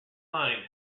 line